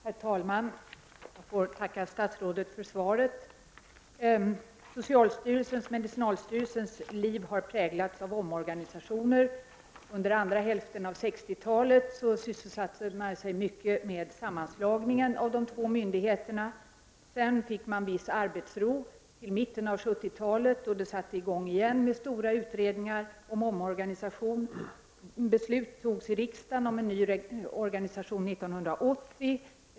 Herr talman! Jag ber att få tacka statsrådet för svaret. Socialstyrelsens, medicinalstyrelsens, liv har präglats av omorganisationer. Under andra hälften av 60-talet sysselsatte man sig mycket med sammanslagningen av de två myndigheterna. Sedan fick man inom myndigheten viss arbetsro fram till mitten av 70-talet, då man på nytt satte i gång stora utredningar om en omorganisation. Beslut fattades i riksdagen 1980 om en ny organisation.